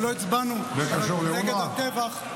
שלא הצבענו נגד הטבח -- זה קשור לאונר"א?